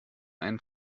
einen